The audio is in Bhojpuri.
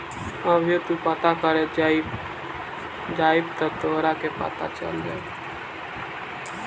अभीओ तू पता करे जइब त तोहरा के पता चल जाई